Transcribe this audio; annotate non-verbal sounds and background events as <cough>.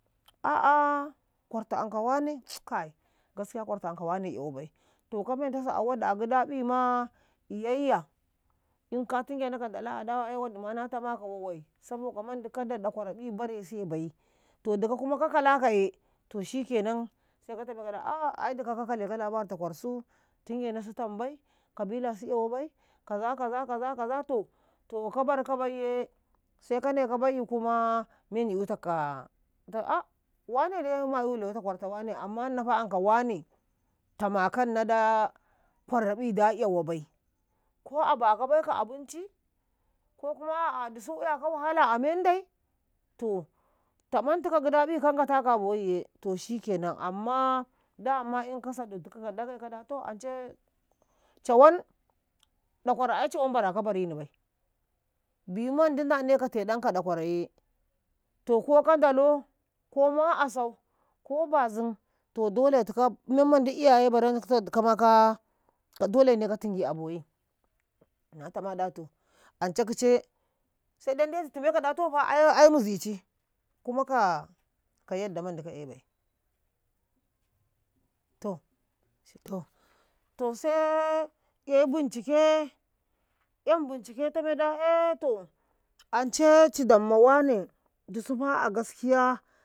A'a kwarta anka wane <hesitation> kai jie kwarta annka wane "yawabai to ka mentasi a gida ƃbima <unintelligible> in ka tingenau ka ndala makalama wadima na tamaka wawai saboka ɗakwara ƃi ma barese bai to dikau kuma ka kalakaye <unintelligible> ka tame da kakale kau <unintelligible> tingensu tambai <unintelligible> su "yawabai <unintelligible> ka barka baiye sai ka nai kabaiyi sai memyi "yutaka ka <hesitation> Ngabi dai mayulewita kwarta anka ngaƃi <unintelligible> inafa anka wane tama kannau da kwaraƃi da "yawabai ko abakabai ka waɗa, <unintelligible> dusus "yakau bone a mendai to tamantika gidaƃi ka <unintelligible> in ka dai ka a Ndagaiye kada to ancai cawan dakwaro cawan baraka barini nai bi mandi ndane kau teɗankau ɗakwaro ye to koma kandalo koma sau ko bazin <unintelligible> menmandi nanaitikau baranka dikama <unintelligible> ka tingi a boyi. Na tama da to ance kice sai dai ndetu timekau da tofa ai mizici <unintelligible> ka eyibai <unintelligible> eyi teɗau "yan teɗauye tame da e ancai cidan mangaƃi dusafaka jire.